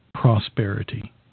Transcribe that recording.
Prosperity